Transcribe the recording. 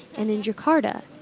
and in jakarta,